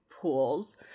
pools